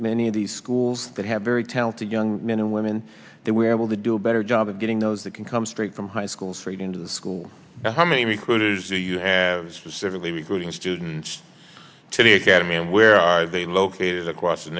many of these schools that have very talented young men and women that we are able to do a better job of getting those that can come straight from high school straight into the school how many recruiters do you have specifically recruiting students to the academy and where are they located across the